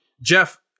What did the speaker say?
Jeff